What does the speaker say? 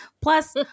Plus